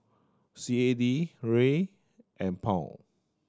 C A D Riel and Pound